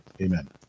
Amen